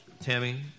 Tammy